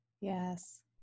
Yes